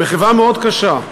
זאת מחווה מאוד קשה,